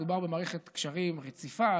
יש פה מערכת קשרים רציפה,